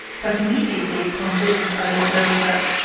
but immediately upon this i observed that,